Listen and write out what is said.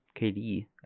KD